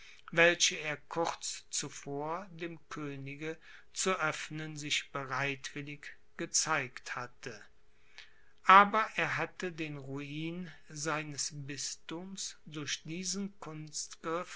welche er kurz zuvor dem könige zu öffnen sich bereitwillig gezeigt hatte aber er hatte den ruin seines bisthums durch diesen